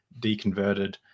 deconverted